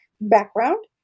background